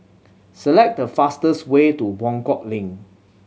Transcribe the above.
select the fastest way to Buangkok Link